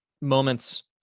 moments